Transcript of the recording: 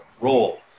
role